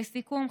לסיכום,